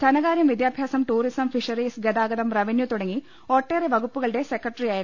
ധനകാര്യം വിദ്യാ ഭ്യാസം ടൂറിസം ഫിഷറീസ് ഗതാഗതം റവന്യൂ തുടങ്ങി ഒട്ടേറെ വകുപ്പുകളുടെ സെക്രട്ടറിയായിരുന്നു